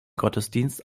gottesdienst